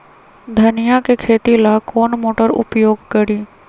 धनिया के खेती ला कौन मोटर उपयोग करी?